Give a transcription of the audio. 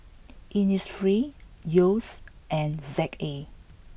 Innisfree Yeo's and Z A